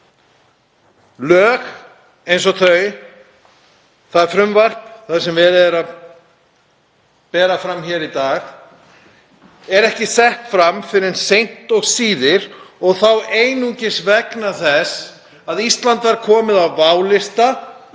Lög eins og það frumvarp sem verið er að bera fram hér í dag eru ekki sett fram fyrr en seint og um síðir og þá einungis vegna þess að Ísland var komið á válista